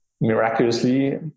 miraculously